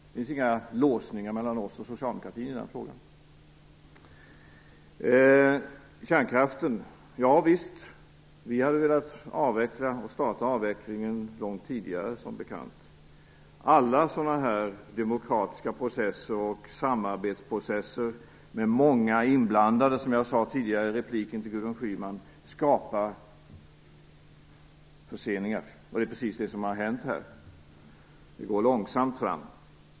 Det finns inga låsningar mellan oss och socialdemokratin i den frågan. Vad gäller kärnkraften hade vi som bekant velat starta avvecklingen långt tidigare. Alla sådana här demokratiska processer och samarbetsprocesser med många inblandade skapar, som jag tidigare sade i repliken till Gudrun Schyman, förseningar, och det är precis det som här har hänt. Det går långsamt fram.